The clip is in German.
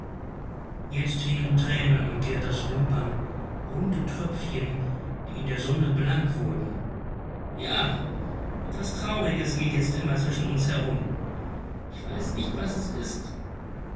jetzt hingen tränen an gerdas wimpern runde tröpfchen die in der sonne blank wurden ja etwas trauriges geht jetzt immer zwischen uns herum ich weiß nicht was es ist